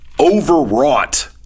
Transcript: overwrought